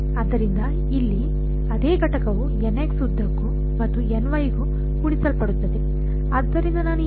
ಆದ್ದರಿಂದ ಇಲ್ಲಿ ಅದೇ ಘಟಕವು ಉದ್ದಕ್ಕೂ ಮತ್ತು ಕ್ಕೂ ಗುಣಿಸಲ್ಪಡುತ್ತದೆ